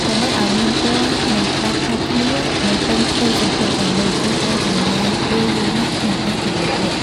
ដើម្បីឱ្យមានពណ៌និងក្បាច់ខុសគ្នានៅពេញផ្ទៃសំពត់ទាំងមូលគេត្រូវចំណាយពេលយូរណាស់ក្នុងការជ្រលក់ល័ក្ត។